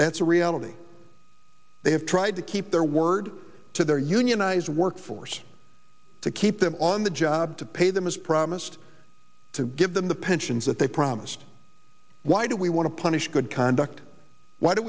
that's a reality they have tried to keep their word to their unionized workforce to keep them on the job to pay them as promised to give them the pensions that they promised why do we want to punish good conduct why do